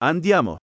Andiamo